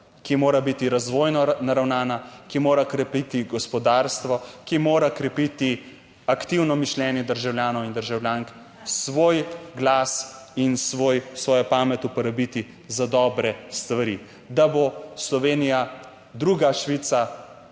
ki mora biti razvojno naravnana, ki mora krepiti gospodarstvo, ki mora krepiti aktivno mišljenje državljanov in državljank, svoj glas in svoj svojo pamet uporabiti za dobre stvari, da bo Slovenija druga Švica